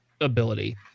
ability